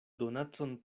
donacon